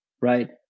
right